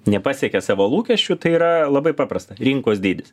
nepasiekė savo lūkesčių tai yra labai paprasta rinkos dydis